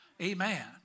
Amen